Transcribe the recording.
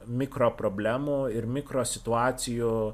mikroproblemų ir mikrosituacijų